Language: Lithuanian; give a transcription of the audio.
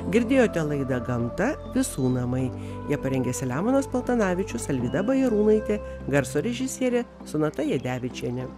girdėjote laidą gamta visų namai ją parengė selemonas paltanavičius alvyda bajarūnaitė garso režisierė sonata jadevičienė